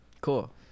Cool